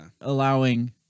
allowing